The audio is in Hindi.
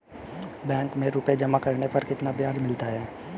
बैंक में रुपये जमा करने पर कितना ब्याज मिलता है?